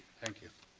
thank you.